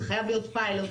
זה חייב להיות פיילוט.